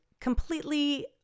completely